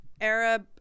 Arab